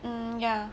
mm ya